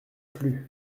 plus